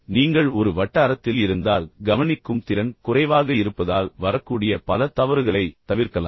நீங்கள் ஒரு வட்டாரத்தில் இருந்தால் கவனிக்கும் திறன் குறைவாக இருப்பதால் வரக்கூடிய பல விலையுயர்ந்த தவறுகளைத் தவிர்க்கலாம்